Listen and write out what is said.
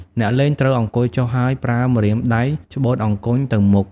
អ្នកលេងត្រូវអង្គុយចុះ ហើយប្រើម្រាមដៃច្បូតអង្គញ់ទៅមុខ ។